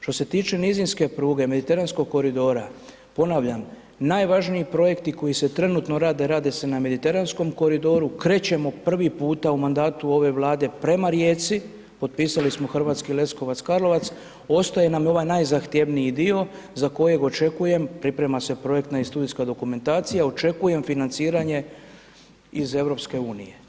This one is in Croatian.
Što se tiče nizinske pruge, mediteranskog koridora, ponavljam najvažniji projekti koji se trenutno rade, rade se na mediteranskom koridoru, krećemo prvi puta u mandatu ove Vlade prema Rijeci, potpisali smo Hrvatski Leskovac – Karlovac, ostaje nam i ovaj najzahtjevniji dio za kojeg očekujem, priprema se projektna i studijska dokumentacija, očekujem financiranje iz EU.